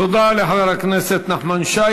תודה לחבר הכנסת נחמן שי.